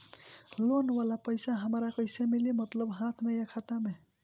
Loan वाला पैसा हमरा कइसे मिली मतलब हाथ में या खाता में?